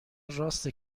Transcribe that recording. راسته